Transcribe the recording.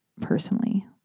personally